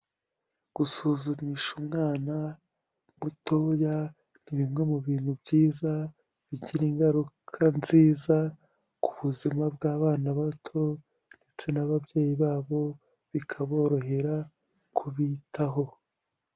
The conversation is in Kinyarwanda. Gusuzumisha umwana mutoya ni bimwe mu bintu byiza bigira ingaruka nziza ku buzima bw'abana bato ndetse n'ababyeyi babo bikaborohera kubitaho.